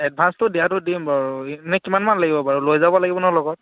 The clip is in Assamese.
এডভান্সটো দিয়াটো দিম বাৰু এনেই কিমানমান লাগিব লৈ যাব লাগিব নহয় লগত